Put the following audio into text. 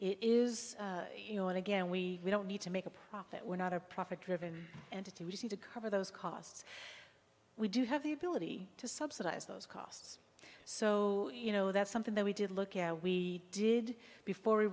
it is you know and again we don't need to make a profit we're not a profit driven entity to cover those costs we do have the ability to subsidize those costs so you know that's something that we did look at we did before we